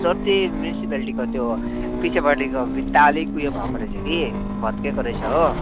sir त्यही म्युन्सिपाल्टीको त्यो पछिपट्टिको भित्ता अलिक उयो भएको रहेछ कि भत्किएको रहेछ हो